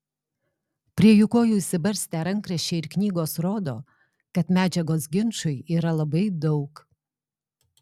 prie jų kojų išsibarstę rankraščiai ir knygos rodo kad medžiagos ginčui yra labai daug